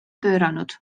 pööranud